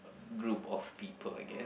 group of people I guess